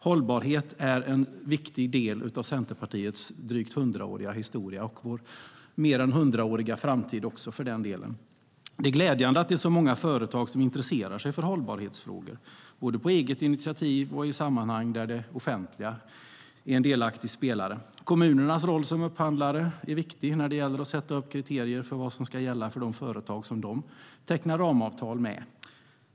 Hållbarhet är en viktig del av Centerpartiets drygt hundraåriga historia och vår mer än hundraåriga framtid också, för den delen. Det är glädjande att så många företag intresserar sig för hållbarhetsfrågor, både på eget initiativ och i sammanhang där det offentliga är en delaktig spelare. Kommunernas roll som upphandlare är viktig när det gäller att sätta upp kriterier för vad som ska gälla för de företag som de tecknar ramavtal med.